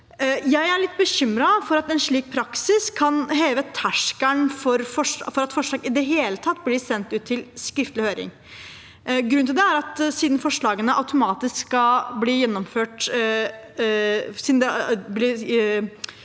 Jeg er litt bekymret for at en slik praksis kan heve terskelen for at forslag i det hele tatt blir sendt ut til skriftlig høring. Grunnen til det er at hvis et forslag blir sendt